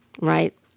right